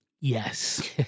Yes